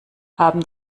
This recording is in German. haben